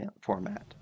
format